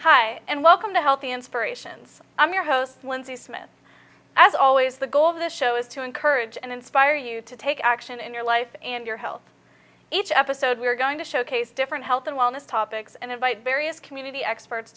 hi and welcome to healthy inspirations i'm your host lindsay smith as always the goal of this show is to encourage and inspire you to take action in your life and your health each episode we're going to showcase different health and wellness topics and invite various community experts